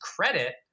credit